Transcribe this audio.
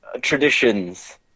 traditions